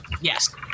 Yes